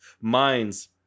minds